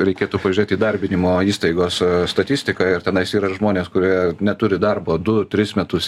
reikėtų pažiūrėt įdarbinimo įstaigos statistiką ir tenais yra žmonės kurie neturi darbo du tris metus